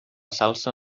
salsa